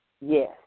yes